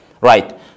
right